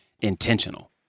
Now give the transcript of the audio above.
intentional